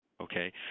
Okay